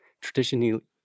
traditionally